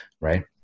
right